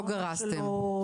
לא גרסתם.